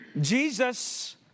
Jesus